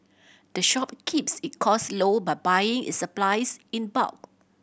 the shop keeps it cost low by buying its supplies in bulk